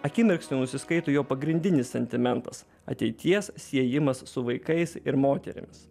akimirksniu nusiskaito jo pagrindinis sentimentas ateities siejimas su vaikais ir moterimis